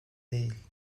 değil